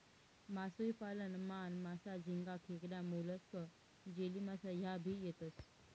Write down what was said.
मासोई पालन मान, मासा, झिंगा, खेकडा, मोलस्क, जेलीमासा ह्या भी येतेस